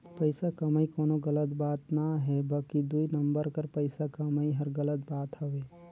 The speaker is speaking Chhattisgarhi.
पइसा कमई कोनो गलत बात ना हे बकि दुई नंबर कर पइसा कमई हर गलत बात हवे